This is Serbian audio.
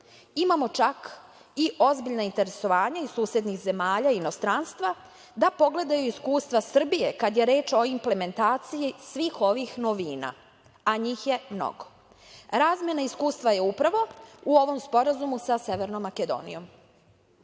čak i ozbiljna interesovanja iz susednih zemalja i inostranstva da pogledaju iskustva Srbije kada je reč o implementaciji svih ovih novina, a njih je mnogo. Razmena iskustva je upravo u ovom Sporazumu sa Makedonijom.